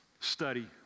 Study